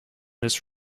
this